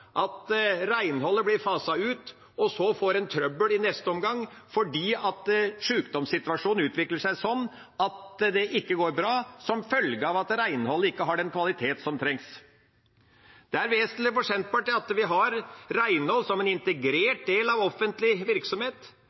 at renholdet blir faset ut, og så får en trøbbel i neste omgang fordi sjukdomssituasjonen utvikler seg sånn at det ikke går bra som følge av at renholdet ikke har den kvalitet som trengs. Det er vesentlig for Senterpartiet at vi har renhold som en integrert del av offentlig virksomhet. Det er viktig at vi får bedre ledere for offentlig virksomhet,